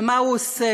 ומה הוא עושה?